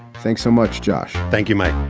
thanks so much, josh. thank you, mike